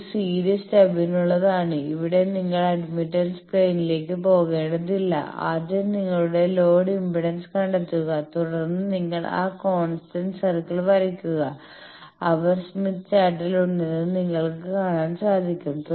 ഇത് സീരീസ് സ്റ്റബിനുള്ളതാണ് ഇവിടെ നിങ്ങൾ അഡ്മിറ്റൻസ് പ്ലെയിനിലേക്ക് പോകേണ്ടതില്ല ആദ്യം നിങ്ങളുടെ ലോഡ് ഇംപെഡൻസ് കണ്ടെത്തുക തുടർന്ന് നിങ്ങൾ ആ കോൺസ്റ്റന്റ് VSWR സർക്കിൾ വരയ്ക്കുക അവർ സ്മിത്ത് ചാർട്ടിൽ ഉണ്ടെന്ന് നിങ്ങൾ കാണാൻ സാധിക്കും